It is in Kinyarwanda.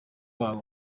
wabo